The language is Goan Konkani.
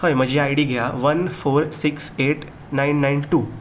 हय म्हजी आय डी घेया one four six eight nine nine two